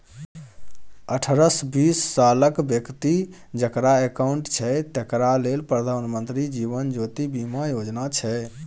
अठारहसँ बीस सालक बेकती जकरा अकाउंट छै तकरा लेल प्रधानमंत्री जीबन ज्योती बीमा योजना छै